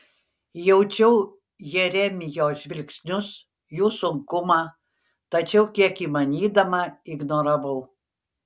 jaučiau jeremijo žvilgsnius jų sunkumą tačiau kiek įmanydama ignoravau